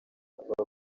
bavuga